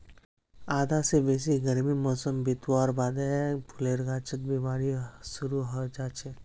आधा स बेसी गर्मीर मौसम बितवार बादे फूलेर गाछत बिमारी शुरू हैं जाछेक